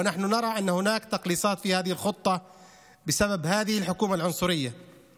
ואנחנו רואים שיש צמצומים בתוכנית הזאת בעקבות הממשלה הגזענית הזאת.